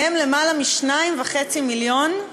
מהם, למעלה מ-2.5 מיליון הם